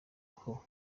aho